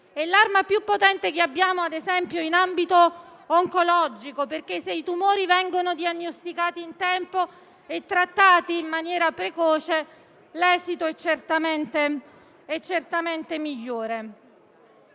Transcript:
È l'arma più potente che abbiamo, ad esempio, in ambito oncologico: se infatti i tumori vengono diagnosticati in tempo e trattati in maniera precoce, l'esito è certamente migliore.